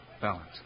Balance